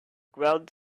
crowd